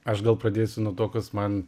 aš gal pradėsiu nuo to kas man